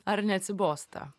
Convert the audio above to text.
ar neatsibosta